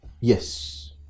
Yes